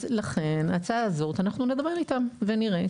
אז לכן, ההצעה הזו אנחנו נדבר איתם ונראה.